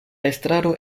estraro